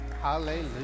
Hallelujah